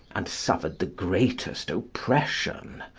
and suffered the greatest oppression,